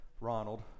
Ronald